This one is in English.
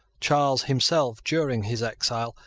charles himself, during his exile,